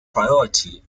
priority